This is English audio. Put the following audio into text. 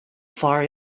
far